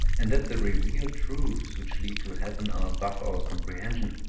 and that the revealed truths which lead to heaven are above our comprehension,